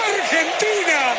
Argentina